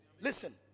Listen